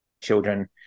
children